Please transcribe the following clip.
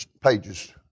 pages